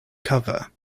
cover